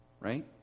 right